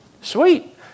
Sweet